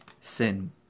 sin